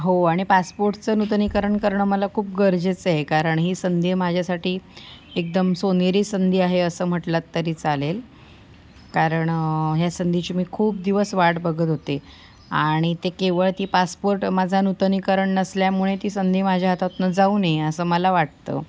हो आणि पासपोर्टचं नूतनीकरण करणं मला खूप गरजेचं आहे कारण ही संधी माझ्यासाठी एकदम सोनेरी संधी आहे असं म्हटलात तरी चालेल कारण ह्या संधीची मी खूप दिवस वाट बघत होते आणि ते केवळ ते पासपोर्ट माझा नूतनीकरण नसल्यामुळे ती संधी माझ्या हातातनं जाऊ नये असं मला वाटतं